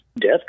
death